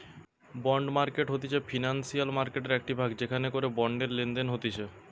bond market হতিছে financial মার্কেটের একটিই ভাগ যেখান করে বন্ডের লেনদেন হতিছে